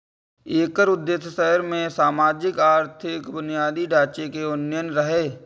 एकर उद्देश्य शहर मे सामाजिक आ आर्थिक बुनियादी ढांचे के उन्नयन रहै